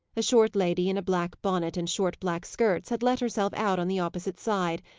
a short lady, in a black bonnet and short black skirts, had let herself out on the opposite side,